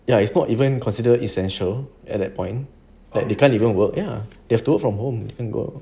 ya it's not even consider essential at that point like they can't even work ya they have to work from home and go